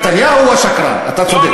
נתניהו הוא השקרן, אתה צודק.